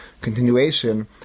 continuation